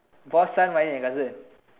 boss son married my cousin